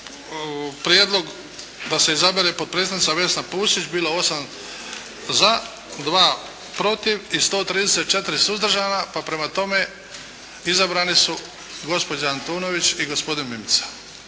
prijedlog, da se izabere potpredsjednica Vesna Pusić bilo 8 za, 2 protiv i 134 suzdržana. Pa prema tome, izabrani su gospođa Antunović i gospodin Mimica.